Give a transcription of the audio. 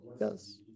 yes